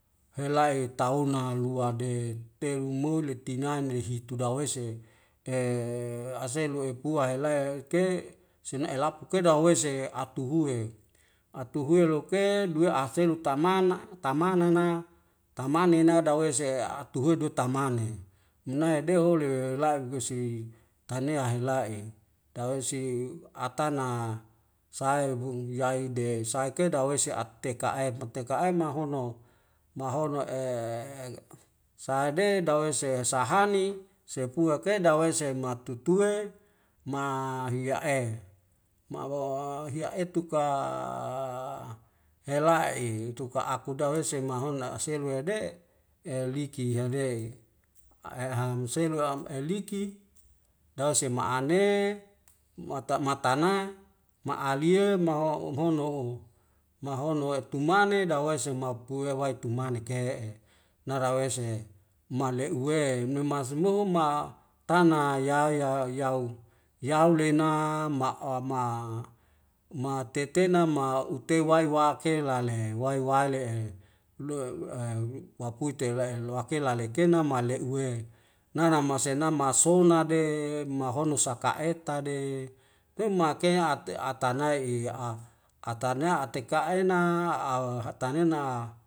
Helae tawuna lua de telu muli tinaene hitu dawese e aselu e pua elae'e ke sinai elapuk ke dahuwese atuhue atuhue loke duwei aselu tamana tamanana tamanena dawese atuhi de tamane munai deu holi lae gusi tanea ha'ila'i tawesi atana sae bung yai de saik ke dawei si at'teka'e teka'e mahono mahono e saede dawese sahani sepuak ke dawese matutue mahiya'e ma'uwawa hiya' etuk a hera'i tuka aku dawese mahona aselu ya de' e liki hanea i a e hang selu lua'am liki dawse ma'ane mata matana ma'alie maro umhono'o mahono e maktumane dawei semapue wae tu manek ke'e narawese male' uwe memazo moma tana yaya yau yau lena ma'owa ma ma tetena ma uteu wai wake lale wai wale'e loe' e wapute elai elwakela le kena male uwe nana masena masona de mahono suka eta de teu ma ekena at atanai i'a atana ateka ena auh ha'tanena